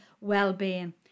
well-being